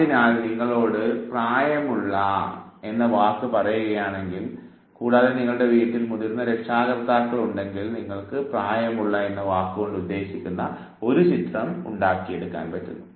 അതിനാൽ നിങ്ങളോട് 'പ്രായമുള്ള' എന്ന വാക്ക് പറയുകയാണെങ്കിൽ കൂടാതെ നിങ്ങളുടെ വീട്ടിൽ മുതിർന്ന രക്ഷകർത്താക്കളുണ്ടെങ്കിൽ നിങ്ങൾക്ക് 'പ്രായമുള്ള' എന്ന വാക്ക് കൊണ്ട് ഉദ്ദേശിക്കുന്ന ഒരു ചിത്രം ഉണ്ടാക്കിയെടുക്കുന്നു